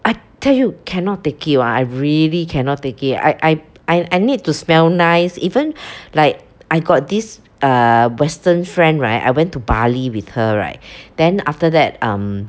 I tell you cannot take it one I really cannot take it I I I I need to smell nice even like I got this uh western friend right I went to bali with her right then after that um